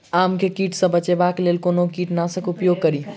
आम केँ कीट सऽ बचेबाक लेल कोना कीट नाशक उपयोग करि?